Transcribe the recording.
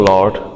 Lord